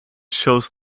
shows